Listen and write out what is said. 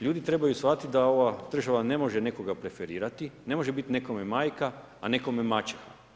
Ljudi trebaju shvatiti da ova država ne može nekoga preferirati, ne može biti nekome majka, a nekome maćeha.